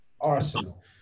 arsenal